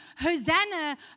Hosanna